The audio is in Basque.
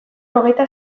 hogeita